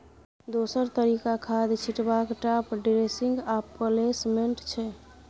दोसर तरीका खाद छीटबाक टाँप ड्रेसिंग आ प्लेसमेंट छै